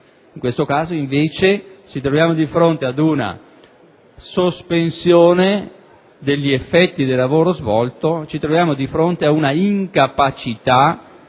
In questo caso, invece, ci troviamo di fronte ad una sospensione degli effetti del lavoro svolto, a una incapacità